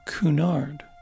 Cunard